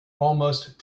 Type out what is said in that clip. almost